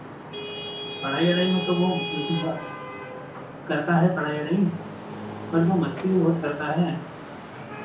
पढ़ाई ओढ़ाई में तो वो करता है पढ़ाई ओढ़ाई बट वो मस्ती भी बहुत करता है